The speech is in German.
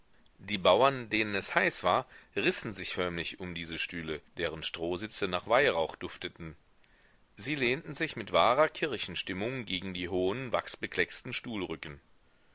die bauern denen es heiß war rissen sich förmlich um diese stühle deren strohsitze nach weihrauch dufteten sie lehnten sich mit wahrer kirchenstimmung gegen die hohen